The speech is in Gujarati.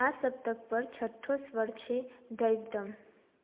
આ સપ્તક પર છઠ્ઠો સ્વર છે ધૈવતમ